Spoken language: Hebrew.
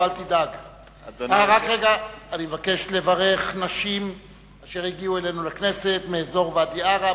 אני מבקש לברך נשים שהגיעו אלינו לכנסת מאזור ואדי-עארה.